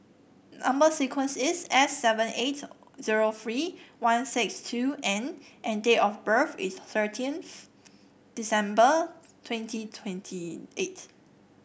number sequence is S seven eight zero three one six two N and date of birth is thirteenth December twenty twenty eight